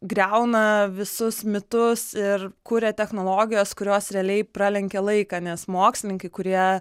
griauna visus mitus ir kuria technologijas kurios realiai pralenkia laiką nes mokslininkai kurie